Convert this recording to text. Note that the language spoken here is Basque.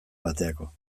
baterako